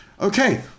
Okay